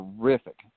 terrific